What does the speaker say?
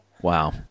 Wow